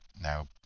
now